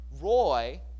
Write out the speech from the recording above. Roy